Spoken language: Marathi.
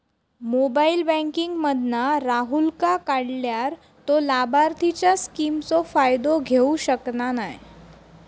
मोबाईल बॅन्किंग मधना राहूलका काढल्यार तो लाभार्थींच्या स्किमचो फायदो घेऊ शकना नाय